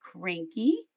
Cranky